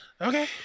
Okay